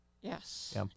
yes